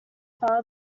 father